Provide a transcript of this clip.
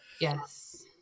yes